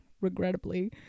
regrettably